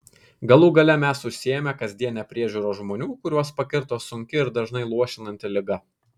galų gale mes užsiėmę kasdiene priežiūra žmonių kuriuos pakirto sunki ir dažnai luošinanti liga